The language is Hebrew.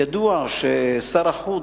ידוע ששר החוץ,